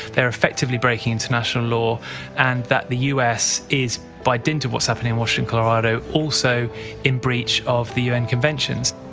they're effectively breaking international law and that the u s. is, by dint of what's happening in washington and colorado, also in breach of the un conventions.